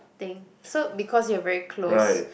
thing so because you are very close